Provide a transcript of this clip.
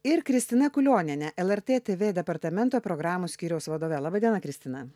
ir kristina kulionienė lrt tv departamento programų skyriaus vadove laba diena kristina